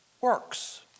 works